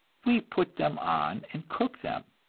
we put them on and cook them,